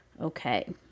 Okay